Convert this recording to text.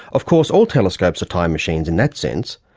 of course all telescopes are time machines in that sense,